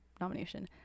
nomination